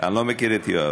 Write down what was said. אני לא מכיר את יואב.